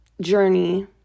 journey